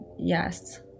Yes